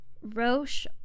Roche